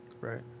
Right